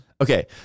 Okay